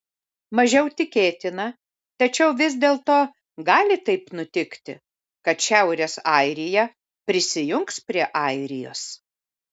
mažiau tikėtina tačiau vis dėlto gali taip nutikti kad šiaurės airija prisijungs prie airijos